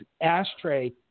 ashtray